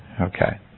okay